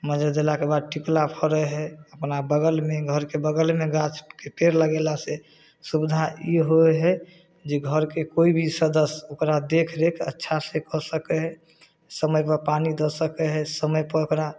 मज्जर देलाके बाद टिकला फड़ै हइ अपना बगलमे घरके बगलमे गाछके पेड़ लगेलासँ सुविधा ई होइ हइ जे घरके कोइ भी सदस्य ओकरा देखरेख अच्छासँ कऽ सकै हइ समयपर पानि दऽ सकै हइ समयपर ओकरा